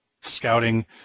scouting